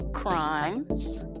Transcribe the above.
Crimes